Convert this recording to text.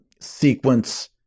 sequence